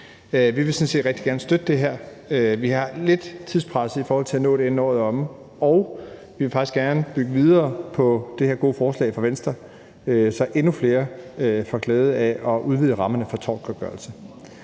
set rigtig gerne støtte det her, men vi er lidt tidspresset i forhold til at nå det, inden året er omme, og vi vil faktisk gerne bygge videre på det her gode forslag fra Venstre, så endnu flere får glæde af, at vi udvider rammerne for tortgodtgørelse.